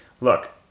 look